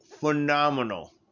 Phenomenal